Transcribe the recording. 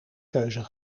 keuze